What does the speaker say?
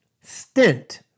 stint